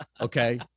okay